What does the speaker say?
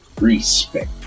respect